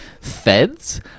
Feds